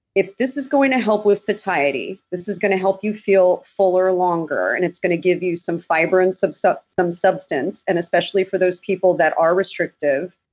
if this is going to help with satiety, this is going to help you feel fuller longer and it's going to give you some fiber and some so some substance, and especially for those people that are restrictive,